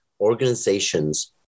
organizations